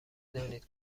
دانید